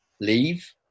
leave